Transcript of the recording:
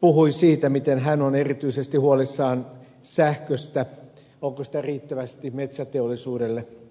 puhui siitä miten hän on erityisesti huolissaan sähköstä onko sitä riittävästi metsäteollisuudelle